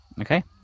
Okay